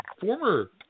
former